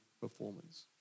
performance